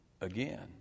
again